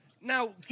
Now